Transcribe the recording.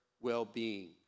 well-being